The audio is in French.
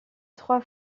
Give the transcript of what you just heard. trois